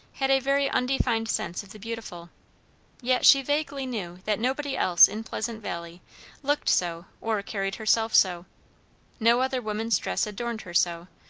had a very undefined sense of the beautiful yet she vaguely knew that nobody else in pleasant valley looked so or carried herself so no other woman's dress adorned her so,